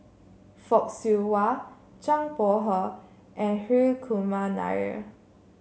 Fock Siew Wah Zhang Bohe and Hri Kumar Nair